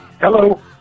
Hello